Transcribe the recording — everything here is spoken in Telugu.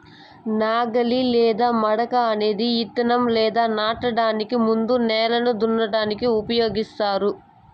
నాగలి లేదా మడక అనేది ఇత్తనం లేదా నాటడానికి ముందు నేలను దున్నటానికి ఉపయోగిస్తారు